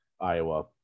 Iowa